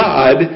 God